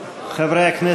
הכנסת,